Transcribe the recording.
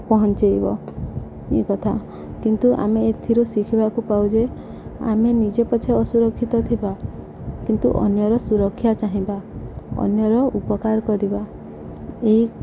ପହଞ୍ଚାଇବ ଇ କଥା କିନ୍ତୁ ଆମେ ଏଥିରୁ ଶିଖିବାକୁ ପାଉ ଯେ ଆମେ ନିଜେ ପଛେ ଅସୁରକ୍ଷିତ ଥିବା କିନ୍ତୁ ଅନ୍ୟର ସୁରକ୍ଷା ଚାହିଁବା ଅନ୍ୟର ଉପକାର କରିବା ଏହି